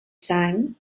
time